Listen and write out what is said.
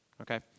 okay